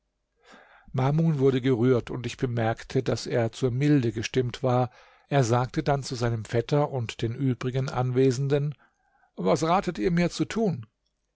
mamun wurde gerührt und ich bemerkte daß er zur milde gestimmt war er sagte dann zu seinem vetter und den übrigen anwesenden was ratet ihr mir zu tun